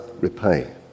repay